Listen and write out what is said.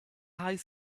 high